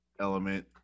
element